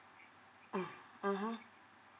mm mmhmm